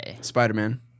Spider-Man